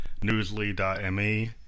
newsly.me